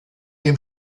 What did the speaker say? dem